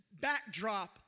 backdrop